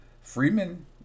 Freeman